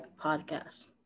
podcast